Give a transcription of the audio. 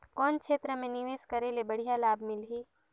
कौन क्षेत्र मे निवेश करे ले बढ़िया लाभ मिलही?